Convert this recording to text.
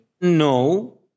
No